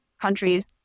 countries